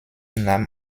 nahm